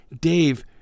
dave